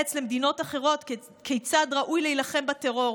לייעץ למדינות אחרות כיצד ראוי להילחם בטרור,